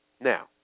Now